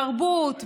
תרבות,